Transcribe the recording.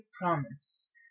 promise